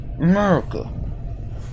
America